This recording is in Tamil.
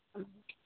ம் ஓகே